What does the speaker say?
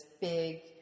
big